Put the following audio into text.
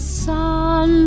sun